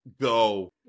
Go